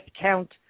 count